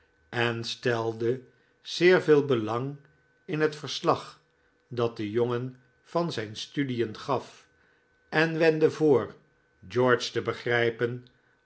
en stelde zeer veel belang in het verslag dat de jongen van zijn studien gaf en wendde voor george te begrijpen